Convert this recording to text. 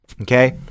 okay